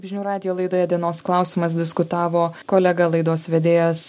žinių radijo laidoje dienos klausimas diskutavo kolega laidos vedėjas